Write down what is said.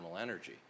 energy